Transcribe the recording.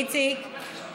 איציק,